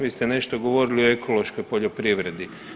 Vi ste nešto govorili o ekološkoj poljoprivredi.